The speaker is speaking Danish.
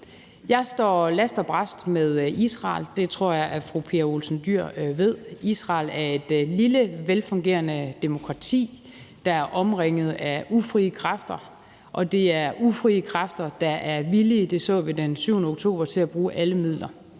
Jeg står last og brast med Israel, og det tror jeg også at fru Pia Olsen Dyhr ved. Israel er et lille velfungerende demokrati, der er omringet af ufrie kræfter, og det er de ufrie kræfter, der – det så vi den 7. oktober – er villige til at bruge alle midler,